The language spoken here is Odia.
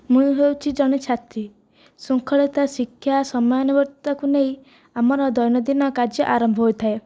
ମୁଁ ହେଉଛି ଜଣେ ଛାତ୍ରୀ ଶୃଙ୍ଖଳିତ ଶିକ୍ଷା ସମୟାନୁବର୍ତ୍ତିତାକୁ ନେଇ ଆମର ଦୈନନ୍ଦିନ କାର୍ଯ୍ୟ ଆରମ୍ଭ ହୋଇଥାଏ